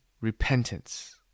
repentance